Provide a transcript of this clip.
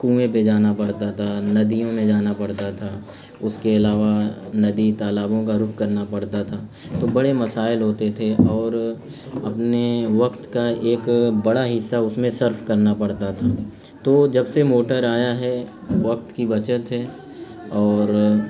کنویں پہ جانا پڑتا تھا ندیوں میں جانا پڑتا تھا اس کے علاوہ ندی تالابوں کا رخ کرنا پڑتا تھا تو بڑے مسائل ہوتے تھے اور اپنے وقت کا ایک بڑا حصہ اس میں صرف کرنا پڑتا تھا تو جب سے موٹر آیا ہے وقت کی بچت ہے اور